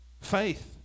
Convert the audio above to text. faith